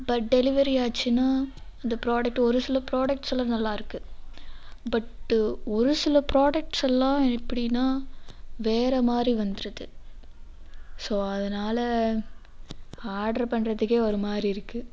but delivery ஆச்சுன்னா அந்த product ஒரு சில ப்ராடக்ட்ஸ் எல்லாம் நல்லா இருக்கு பட்டு ஒரு சில ப்ராடக்ட்ஸ் எல்லாம் எப்படின்னா வேற மாதிரி வந்துடுது ஸோ அதனால் ஆர்டர் பண்ணுறதுக்கே ஒரு மாதிரி இருக்கு